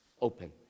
open